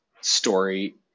story